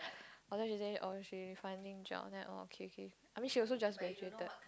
oh then she say oh she finding job then I oh okay okay I mean she also just graduated